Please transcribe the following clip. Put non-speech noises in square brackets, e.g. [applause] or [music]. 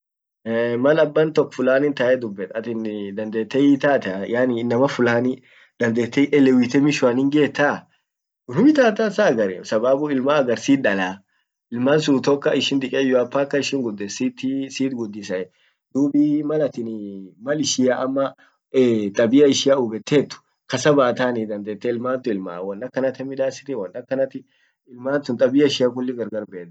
[hesitation] mal abbantok fullanin tae dubbet [hesitation] attin dandete hiitataa yaani innama fulani dagette hielewita mishoan hingeta?, unnum itata [hesitation] saa agar! Sababu ilman agar sit dallaailmansun utokaa ishin dikenyyoa paka ishin guddet sitii sit gudisse dub [hesitation] malatin mal ishia ama tabia ishia hubbet kasabatani dandete [hesitation] ilmantun ilman won akanatan midasiti, won akanati ilmantun tabia ishia kulli gargar himbeda. [hesitation]